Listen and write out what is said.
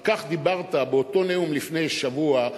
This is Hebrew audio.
אחר כך דיברת באותו נאום לפני שבוע,